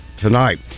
tonight